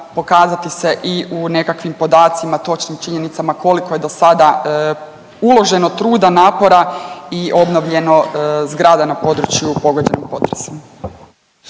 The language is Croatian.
pokazati se i u nekakvim podacima, točnom činjenicama koliko je dosada uloženo truda, napora i obnovljeno zgrada na području pogođenim potresom.